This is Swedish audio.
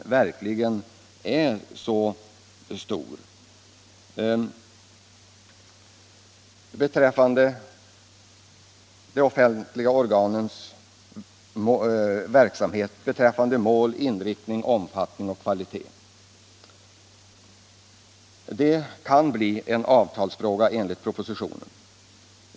Propositionens konstruktion innebär att frågan om offentligt organs verksamhet beträffande mål, inriktning, omfattning och kvalitet kan bli en avtalsfråga.